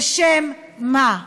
בשם מה?